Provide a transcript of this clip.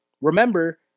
remember